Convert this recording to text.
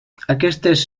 aquestes